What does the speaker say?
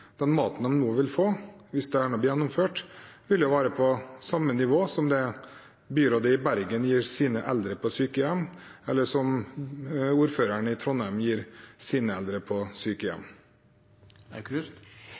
Den maten de nå vil få, hvis dette blir gjennomført, vil jo være på samme nivå som det byrådet i Bergen gir sine eldre på sykehjem, eller som det ordføreren i Trondheim gir sine eldre på sykehjem.